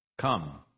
Come